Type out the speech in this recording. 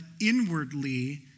inwardly